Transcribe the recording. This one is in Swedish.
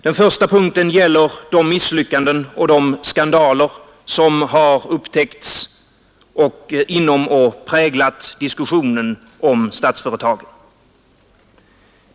Den första punkten gäller de misslyckanden och de skandaler som har upptäckts och präglat diskussionen om Statsföretag AB.